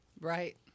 Right